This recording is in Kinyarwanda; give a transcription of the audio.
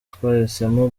twahisemo